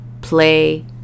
play